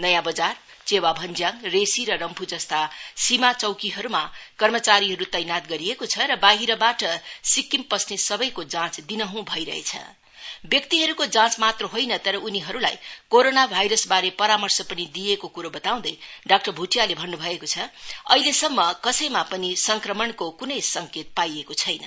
नयाँ बजार चेवा भञ्जाङ र रम्फु जस्ता सीमा चौकीहरूमा कर्मचारीहरू तैनाथ गरिएको छ र बाहिरबाट सिक्विम प्रस्ने सबैको जाँच दिनहुँ भइरहेछ तर व्यक्तिहरूको जाँच मात्र होइन तर उनीहरूलाई कोरोना भाइरस बारे परामर्श पनि दिइएको कुरो बताउँदै डाक्टर भुटियाले भन्न भएको छ अहिलेसम्म कसैमा पनि संक्रमणको कुनै संकेत पाइएको छैन